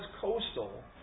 coastal